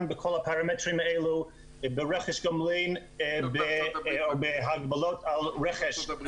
בכל הפרמטרים האלה ברכש גומלין ובהגבלות על רכש.